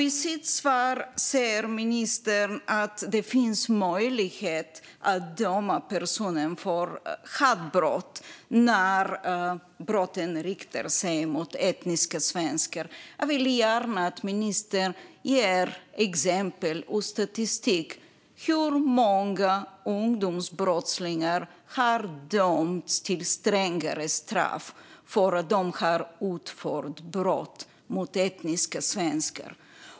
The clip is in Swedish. I sitt svar säger ministern att det finns möjlighet att döma en person för hatbrott när brotten riktar sig mot etniska svenskar. Jag vill gärna att ministern ger exempel och kommer med statistik. Hur många ungdomsbrottslingar har dömts till strängare straff för att de har utfört brott mot etniska svenskar?